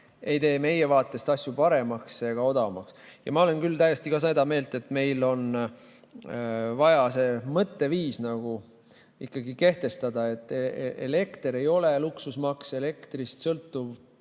ei tee meie vaatest asju paremaks ega odavamaks. Ma olen küll täiesti seda meelt, et meil on vaja see mõtteviis ikkagi kehtestada, et elekter ei ole luksus, elektrist sõltub